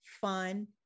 fun